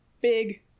big